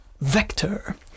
Vector